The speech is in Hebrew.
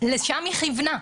לשם היא כיוונה.